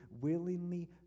willingly